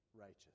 righteous